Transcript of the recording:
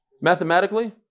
mathematically